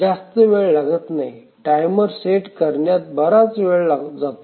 जास्त वेळ लागत नाही टाइमर सेट करण्यात बराच वेळ घेतला जातो